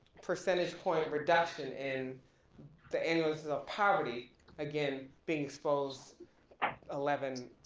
percentage point reduction in the annual instance of poverty again being exposed eleven,